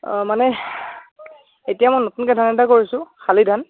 অ' মানে এতিয়া নতুনকৈ ধান এটা কৰিছো শালি ধান